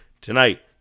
Tonight